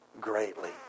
greatly